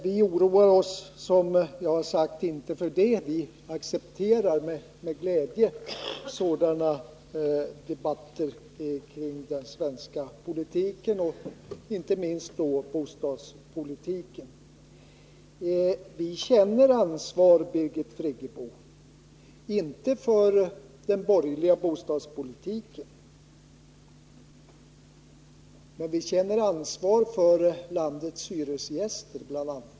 Vi oroar oss inte för det, som jag har sagt, utan vi accepterar med glädje sådana debatter i den svenska politiken, inte minst i bostadspolitiken. Vi känner ansvar, Birgit Friggebo, inte för den borgerliga bostadspolitiken men för landets hyresgäster.